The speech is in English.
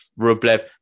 Rublev